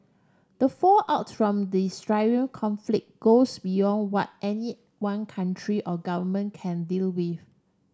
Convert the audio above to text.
the fallout from the Syrian conflict goes beyond what any one country or government can deal with